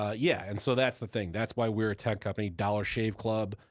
ah yeah, and so that's the thing. that's why we're a tech company. dollar shave club,